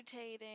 mutating